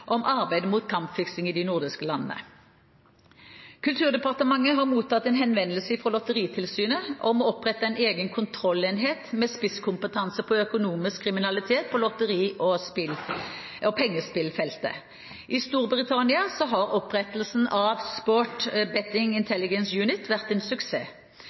om arbeidet mot kampfiksing i de nordiske landene. Kulturdepartementet har mottatt en henvendelse fra Lotteritilsynet om å opprette en egen kontrollenhet med spisskompetanse på økonomisk kriminalitet på lotteri- og pengespillfeltet. I Storbritannia har opprettelsen av Sports Betting Intelligence Unit vært en suksess.